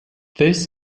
this